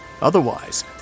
Otherwise